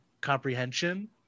comprehension